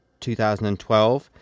2012